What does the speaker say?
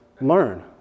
Learn